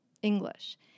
English